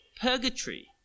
purgatory